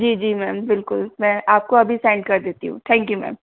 जी जी मैम बिल्कुल मैं आपको अभी सैंड कर देती हूँ थैंक यू मैम